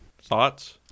Thoughts